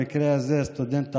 במקרה הזה הסטודנט הערבי.